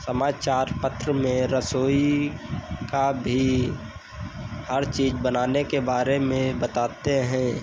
समाचार पत्र में रसोई की भी हर चीज़ बनाने के बारे में बताते हैं